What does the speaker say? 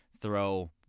throw